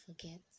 forget